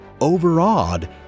Overawed